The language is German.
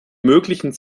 möglichen